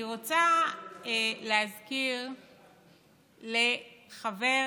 אני רוצה להזכיר לחבר